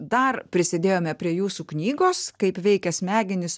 dar prisidėjome prie jūsų knygos kaip veikia smegenys